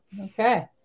Okay